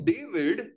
David